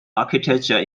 architecture